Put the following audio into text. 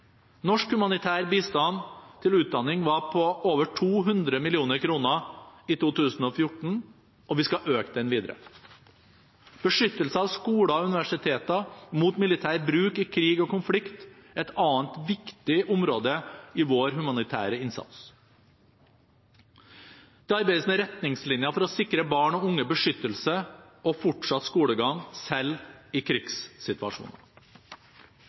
Norsk humanitær bistand til utdanning var på over 200 mill. kr i 2014, og vi skal øke den videre. Beskyttelse av skoler og universiteter mot militær bruk i krig og konflikt er et annet viktig område i vår humanitære innsats. Det arbeides med retningslinjer for å sikre barn og unge beskyttelse og fortsatt skolegang, selv i krigssituasjoner.